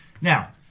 Now